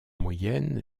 moyenne